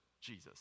Jesus